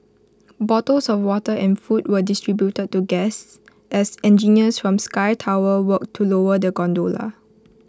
bottles of water and food were distributed to guests as engineers from sky tower worked to lower the gondola